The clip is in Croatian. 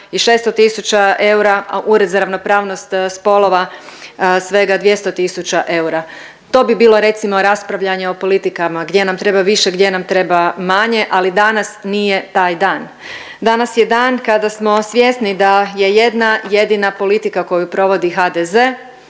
i 600 tisuća eura, a Ured za ravnopravnost spolova svega 200 tisuća eura. To bi bilo recimo raspravljanje o politikama gdje nam treba više, gdje nam treba manje, ali danas nije taj dan. Danas je dan kada smo svjesni da je jedna jedina politika koju provodi HDZ